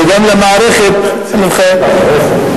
וגם למערכת הנבחרת.